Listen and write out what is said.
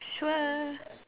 sure